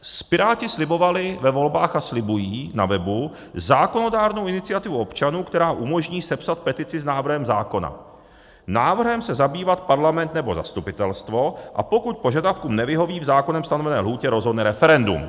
Piráti slibovali ve volbách a slibují na webu zákonodárnou iniciativu občanů, která umožní sepsat petici s návrhem zákona, návrhem se zabývat Parlament nebo zastupitelstvo, a pokud požadavkům nevyhoví v zákonem stanovené lhůtě, rozhodne referendum.